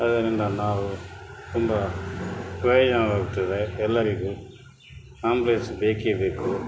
ಅದರಿಂದ ನಾವು ತುಂಬ ಪ್ರಯೋಜನವಾಗುತ್ತದೆ ಎಲ್ಲರಿಗೂ ಆ್ಯಂಬುಲೆನ್ಸ್ ಬೇಕೇ ಬೇಕು